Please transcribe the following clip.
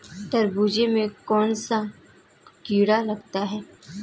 तरबूज में कौनसा कीट लगता है?